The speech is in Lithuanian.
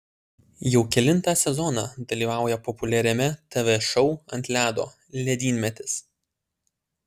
jau kelintą sezoną dalyvauja populiariame tv šou ant ledo ledynmetis